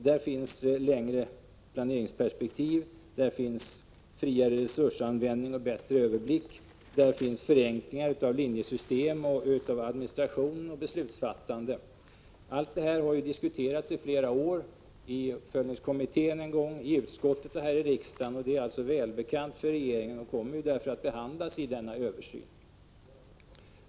Där finns förslag om längre planeringsperspektiv, förslag om friare resursanvändning och bättre överblick liksom förslag om förenklingar av linjesystem samt av administration och beslutsfattande. Allt det här har ju diskuterats under flera år. Det diskuterades en gång i uppföljningskommittén, och det har även diskuterats i utskottet och i kammaren. Det hela är alltså välbekant för regeringen och kommer att behandlas i den pågående översynen.